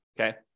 okay